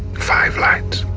five light